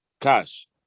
cash